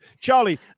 Charlie